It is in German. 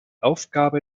aufgabe